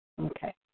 Okay